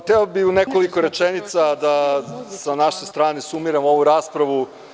Hteo bih u nekoliko rečenica da sa naše strane sumiram ovu raspravu.